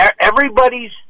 Everybody's